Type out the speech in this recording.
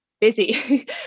busy